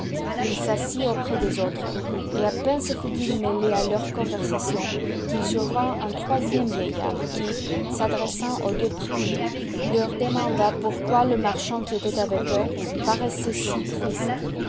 il s'assit auprès des autres et à peine se fut-il mêlé à leur conversation qu'il survint un troisième vieillard qui s'adressant aux deux premiers leur demanda pourquoi le marchand qui était avec eux paraissait si triste